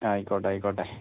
ആയിക്കോട്ടെ ആയിക്കോട്ടെ